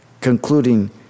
concluding